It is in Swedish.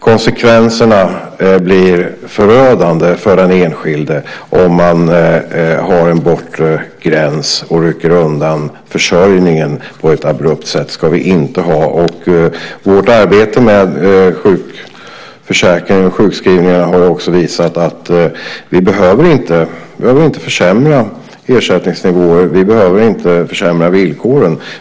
Konsekvenserna blir förödande för den enskilde om man har en bortre gräns och rycker undan försörjningen på ett abrupt sätt. Så ska vi inte ha det. Vårt arbete med sjukförsäkringen och sjukskrivningarna har också visat att vi inte behöver försämra ersättningsnivåerna. Vi behöver inte försämra villkoren.